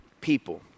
people